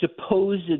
supposed